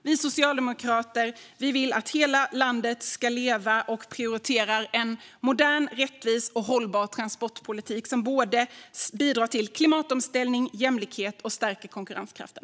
Vi socialdemokrater vill att hela landet ska leva, och vi prioriterar en modern, rättvis och hållbar transportpolitik som både bidrar till klimatomställningen och jämlikheten och stärker konkurrenskraften.